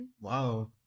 wow